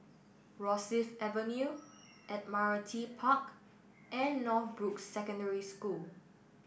Rosyth Avenue Admiralty Park and Northbrooks Secondary School